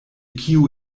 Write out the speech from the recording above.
kiu